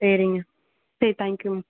சரிங்க சரி தேங்க் யூங்க